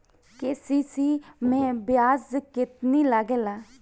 KCC मै ब्याज केतनि लागेला?